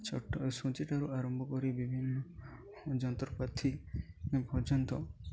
ଛୋଟ ଛୁଞ୍ଚିଠାରୁ ଆରମ୍ଭ କରି ବିଭିନ୍ନ ଯନ୍ତ୍ରପାତି ପର୍ଯ୍ୟନ୍ତ